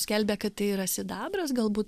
skelbia kad tai yra sidabras galbūt